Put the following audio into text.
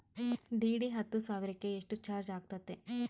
DD ಹತ್ತು ಸಾವಿರಕ್ಕೆ ಎಷ್ಟು ಚಾಜ್೯ ಆಗತ್ತೆ?